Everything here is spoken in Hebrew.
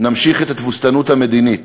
נמשיך את התבוסתנות המדינית